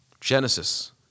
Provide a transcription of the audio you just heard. Genesis